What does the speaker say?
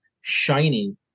shiny